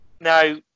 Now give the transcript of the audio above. now